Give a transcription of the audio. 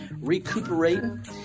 recuperating